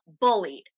bullied